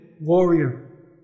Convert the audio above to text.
warrior